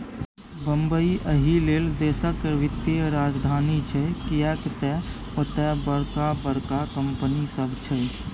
बंबई एहिलेल देशक वित्तीय राजधानी छै किएक तए ओतय बड़का बड़का कंपनी सब छै